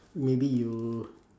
maybe you